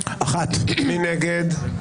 מי נגד?